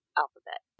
alphabet